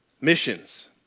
Missions